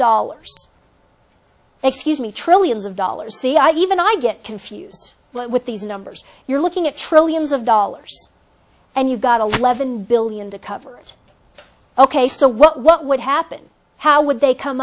dollars excuse me trillions of dollars see i even i get confused with these numbers you're looking at trillions of dollars and you've got a leaven billion to cover it ok so what would happen how would they come